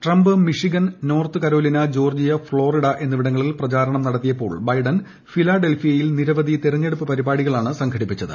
Trump Michigan North Carolina Georgia Florida എന്നിവിടങ്ങളിൽ പ്രചാരണം നടത്തിയപ്പോൾ ബൈഡൻ ഫിലാഡൽഫിയയിൽ നിരവധി തെരഞ്ഞെടുപ്പ് പരിപാടികളാണ് സ്റ്റ്രംഘടിപ്പിച്ചത്